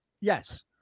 Yes